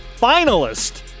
finalist